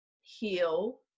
heal